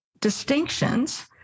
distinctions